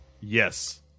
Yes